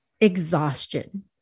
exhaustion